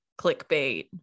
clickbait